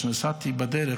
כשנסעתי בדרך,